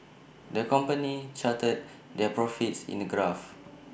the company charted their profits in A graph